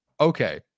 okay